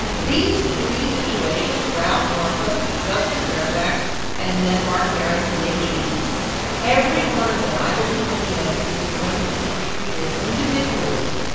and these three situations, ralph northam, justin fairfax and then mark herring, the ag every one of them, i believe, in the end is going to be treated individually.